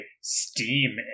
steam